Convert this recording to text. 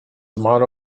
motto